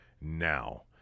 now